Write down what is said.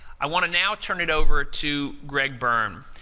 i want to now turn it over to greg birne,